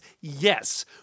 yes